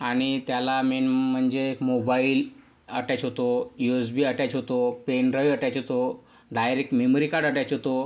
आणि त्याला मेन म्हणजे एक मोबाईल अटॅच होतो यू एस बी अटॅच होतो पेन ड्राईव्ह अटॅच होतो डायरेक्ट मेमरी कार्ड अटॅच होतो